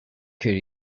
could